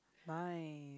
fine